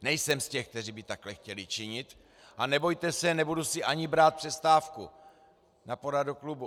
Nejsem z těch, kteří by takhle chtěli činit, a nebojte se, nebudu si ani brát přestávku na poradu klubu.